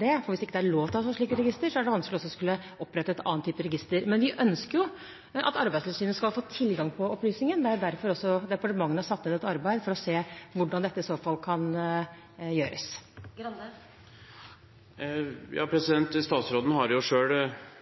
det. Hvis det ikke er lov å ha slike registre, er det vanskelig for oss å opprette en annen type register. Men vi ønsker jo at Arbeidstilsynet skal få tilgang til opplysningene. Det var derfor departementene satte i gang et arbeid for å se hvordan dette i så fall kan gjøres. Statsråden har